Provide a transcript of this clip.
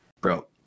bro